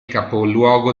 capoluogo